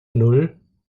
nan